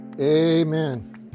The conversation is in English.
Amen